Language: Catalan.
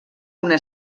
una